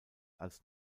als